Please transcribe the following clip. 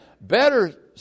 Better